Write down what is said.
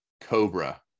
Cobra